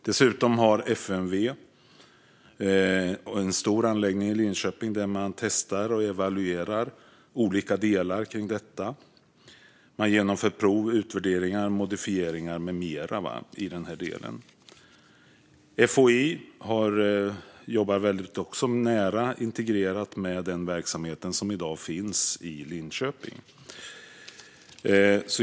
Dessutom har FMV en stor anläggning i Linköping där man testar och evaluerar olika delar i detta. Man genomför prov, utvärderingar, modifieringar med mera. FOI jobbar också nära integrerat med den verksamhet som i dag finns i Linköping.